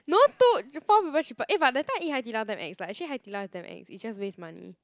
no two four people cheaper eh but that time I eat Hai-Di-Lao damn ex lah actually Hai-Di-Lao is damn ex is just waste money